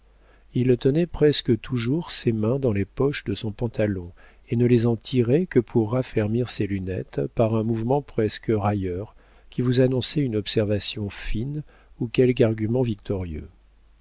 il tenait presque toujours ses mains dans les poches de son pantalon et ne les en tirait que pour raffermir ses lunettes par un mouvement presque railleur qui vous annonçait une observation fine ou quelque argument victorieux